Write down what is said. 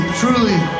truly